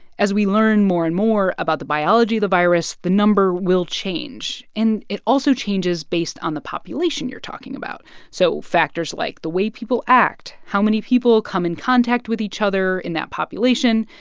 as we learn more and more about the biology of the virus, the number will change. and it also changes based on the population you're talking about so factors like the way people act, how many people come in contact with each other in that population.